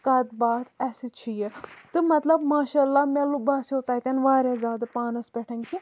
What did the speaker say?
کَتھ باتھ اَسہِ چھُ یہِ تہٕ مطلب ماشاء اللہ مےٚ باسیو تَتٮ۪ن واریاہ زیادٕ پانَس پٮ۪ٹھ کہِ